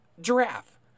giraffe